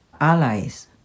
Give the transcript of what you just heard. allies